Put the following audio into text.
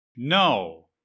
No